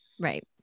Right